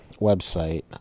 website